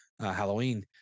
Halloween